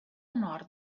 nord